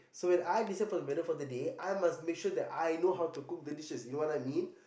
so when I decide for the menu for the day I must make sure that I know how to cook the dishes you know what I mean